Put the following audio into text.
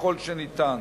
ככל שניתן.